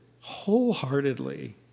wholeheartedly